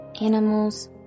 animals